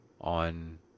on